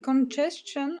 congestion